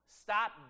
stop